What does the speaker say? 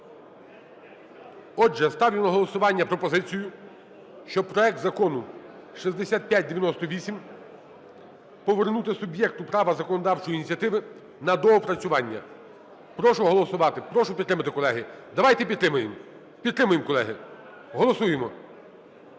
Отже, ставлю на голосування пропозицію, щоб проект Закону 6598 повернути суб'єкту права законодавчої ініціативи на доопрацювання. Прошу голосувати. Прошу підтримати, колеги. Давайте підтримаємо. Підтримаємо, колеги. Голосуємо.